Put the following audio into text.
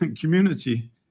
community